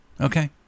Okay